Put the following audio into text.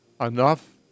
enough